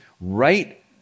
right